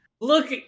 Look